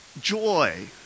Joy